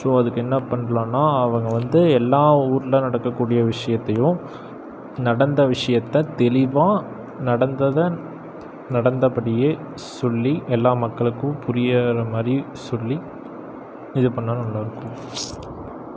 so அதுக்கு என்ன பண்ணலான்னா அவங்க வந்து எல்லா ஊரில் நடக்கக்கூடிய விஷயத்தையும் நடந்த விஷயத்த தெளிவாக நடந்தத நடந்தபடியே சொல்லி எல்லா மக்களுக்கும் புரியறமாதிரி சொல்லி இது பண்ணால் நல்லாருக்கும்